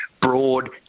Broad